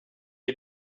est